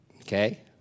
Okay